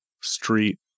street